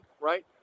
right